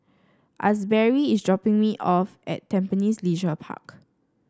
Asberry is dropping me off at Tampines Leisure Park